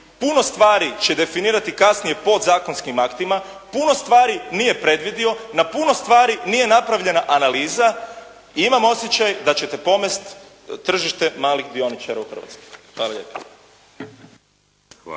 puno stvari će definirati kasnije podzakonskim aktima puno stvari nije predvidio, na puno stvari nije napravljena analiza. I imam osjećaj da ćete pomesti tržište malih dioničara u Hrvatskoj. Hvala lijepo.